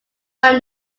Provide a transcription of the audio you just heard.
around